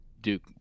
duke